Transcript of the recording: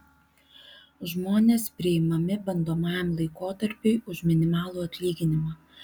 žmonės priimami bandomajam laikotarpiui už minimalų atlyginimą